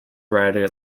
writer